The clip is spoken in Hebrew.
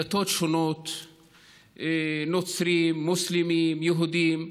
מדתות שונות, נוצרים, מוסלמים, יהודים,